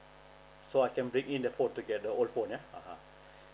so I can bring in the phone together old phone ah (uh huh)